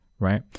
Right